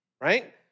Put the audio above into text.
right